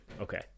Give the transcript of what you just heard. Okay